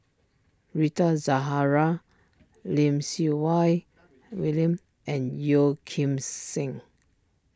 Rita Zahara Lim Siew Wai William and Yeo Kim Seng